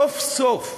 סוף-סוף,